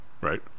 right